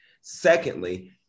Secondly